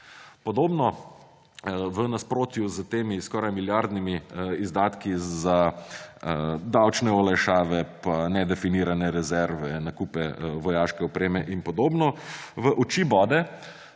Podobno v nasprotju s skoraj milijardnimi izdatki za davčne olajšave pa nedefinirane rezerve, nakupe vojaške opreme in podobno v oči bode,